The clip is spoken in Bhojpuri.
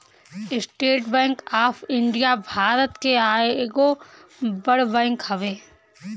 estate Bank of India Bharat के एगो बड़ बैंक हवे